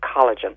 collagen